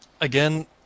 again